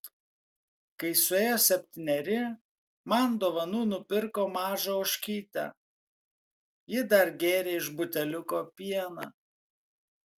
kai suėjo septyneri man dovanų nupirko mažą ožkytę ji dar gėrė iš buteliuko pieną